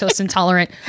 intolerant